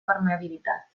permeabilitat